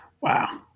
Wow